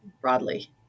broadly